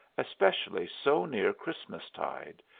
especially so near christmas-tide,